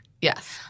Yes